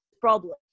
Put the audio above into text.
problem